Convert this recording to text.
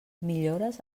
millores